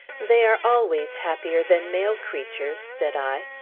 they are always happier than male creatures, said i.